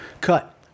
Cut